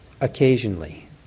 occasionally